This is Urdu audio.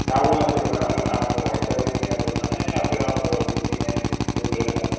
کیا بولنا چاہئے میڈم آپ انٹرویو میں ہے بولنا ہے یا پھر آپ بزی ہیں شیڈیول ہے